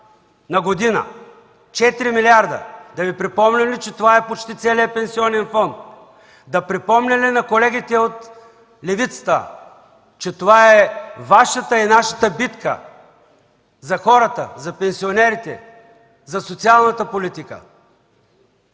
на година. Четири милиарда – да Ви припомня ли, че това е почти целият пенсионен фонд? Да припомням ли на колегите от левицата, че това е Вашата и нашата битка за хората, за пенсионерите, за социалната политика?